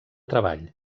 treball